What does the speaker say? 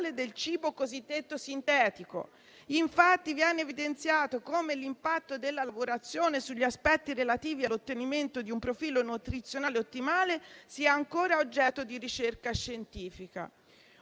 del cibo cosiddetto sintetico. Infatti, viene evidenziato come l'impatto della lavorazione sugli aspetti relativi all'ottenimento di un profilo nutrizionale ottimale sia ancora oggetto di ricerca» scientifica.